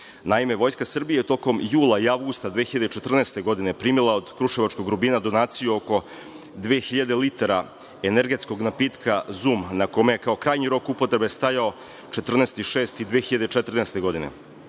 Vojska Srbije tokom jula i avgusta 2014. godine primila je od kruševačkog „Rubina“ donaciju oko dve hiljade litara energetskog napitka „Zum“ na kome je kao krajnji rok upotrebe stajao 14. jun 2014. godine.